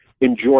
enjoy